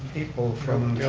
people from